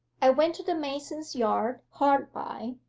i went to the mason's yard hard by,